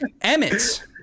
Emmett